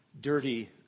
dirty